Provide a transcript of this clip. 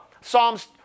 Psalms